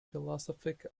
philosophic